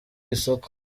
isoko